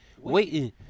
waiting